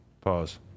Pause